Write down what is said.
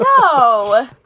no